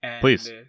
Please